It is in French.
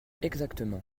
exactement